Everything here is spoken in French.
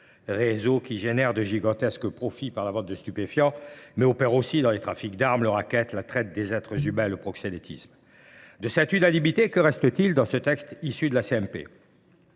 Réseaux qui génèrent de gigantesques profits par la vente de stupéfiants, mais opèrent aussi dans les trafics d'armes, le racket, la traite des êtres humains, le proxénétisme. De cette unanimité, que reste-t-il dans ce texte issu de la CMP ?